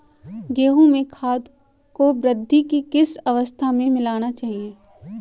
गेहूँ में खाद को वृद्धि की किस अवस्था में मिलाना चाहिए?